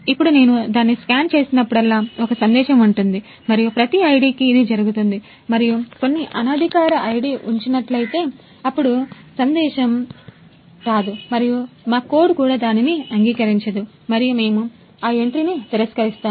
ఇప్పుడు నేను దాన్ని స్కాన్ చేసినప్పుడల్లా ఒక సందేశం ఉంటుంది మరియు ప్రతి ID కి ఇది జరుగుతుంది మరియు కొన్ని అనధికార ID ఉంచినట్లయితే అప్పుడు సందేశం రాదు మరియు మా కోడ్ కూడా దానిని అంగీకరించదు మరియు మేము ఆ ఎంట్రీని తిరస్కరిస్తాము